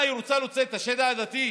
מה, היא רוצה להוציא את השד העדתי?